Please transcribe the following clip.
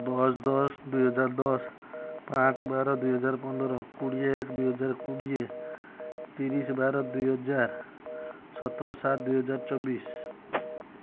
ଦଶ ଦଶ ଦୁଇହଜାର ଦଶ ପାଞ୍ଚ ବାର ଦୁଇହଜାର ପନ୍ଦର କୋଡ଼ିଏ ଏକ ଦୁଇହଜାର କୋଡ଼ିଏ ତିରିଶ ବାର ଦୁଇହଜାର ସତର ସାତ ଦୁଇହଜାର ଚବିଶ